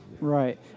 Right